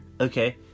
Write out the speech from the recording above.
Okay